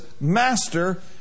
Master